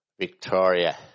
Victoria